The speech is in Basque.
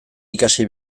ikasi